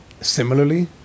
similarly